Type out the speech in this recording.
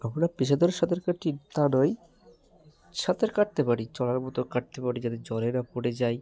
আমরা পেশাদার সাঁতার কাটি তা নই সাঁতার কাটতে পারি চলার মতো কাটতে পারি যাতে জলে না পড়ে যাই